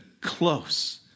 close